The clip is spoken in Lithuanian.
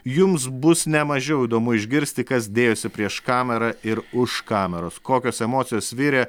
jums bus nemažiau įdomu išgirsti kas dėjosi prieš kamerą ir už kameros kokios emocijos virė